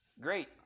Great